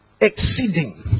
Exceeding